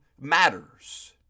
matters